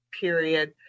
period